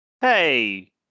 Hey